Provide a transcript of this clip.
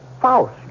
Faust